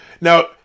Now